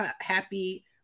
happy